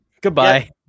goodbye